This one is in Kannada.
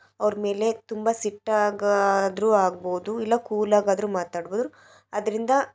ಅವ್ರ ಮೇಲೆ ತುಂಬ ಸಿಟ್ಟಾಗಾದರು ಆಗ್ಬೋದು ಇಲ್ಲ ಕೂಲಾಗಾದರು ಮಾತಾಡ್ಬೋದು ಅದರಿಂದ